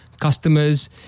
customers